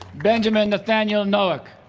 benjamin nathaniel nowak